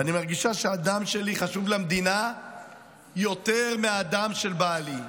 ואני מרגישה שהדם שלי חשוב למדינה יותר מהדם של בעלי.